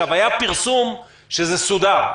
היה פרסום שזה סודר.